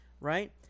right